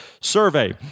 survey